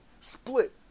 Split